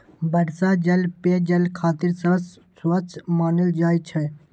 वर्षा जल पेयजल खातिर सबसं स्वच्छ मानल जाइ छै